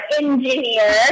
engineer